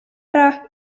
ära